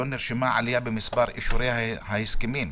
לא נרשמה עלייה במספר אישורי ההסכמים.